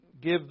give